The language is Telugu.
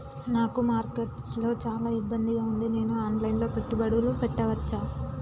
నాకు మార్కెట్స్ లో చాలా ఇబ్బందిగా ఉంది, నేను ఆన్ లైన్ లో పెట్టుబడులు పెట్టవచ్చా?